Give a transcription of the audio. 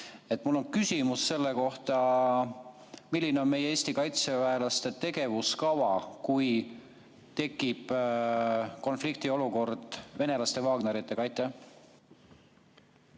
Mul on küsimus selle kohta, milline on Eesti kaitseväelaste tegevuskava, kui tekib konfliktiolukord venelaste Wagneriga.